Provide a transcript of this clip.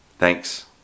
Thanks